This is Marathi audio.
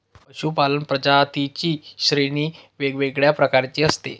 पशूपालन प्रजातींची श्रेणी वेगवेगळ्या प्रकारची असते